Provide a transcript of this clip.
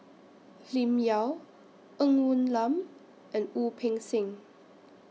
Lim Yau Ng Woon Lam and Wu Peng Seng